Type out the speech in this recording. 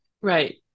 Right